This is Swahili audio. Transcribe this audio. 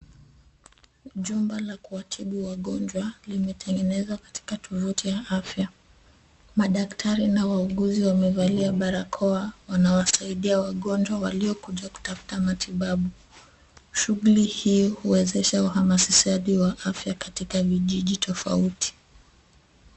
Jumba la kuwatibu wagonjwa limetengeneza katika tuvuti ya afya. Madaktari na wauguzi wamevalia barakoa wanawasaidia wagonjwa waliokuja kutafuta matibabu. Shughuli hii huwezesha uhamasishaji wa afya katika vijiji tofauti.